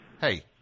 Hey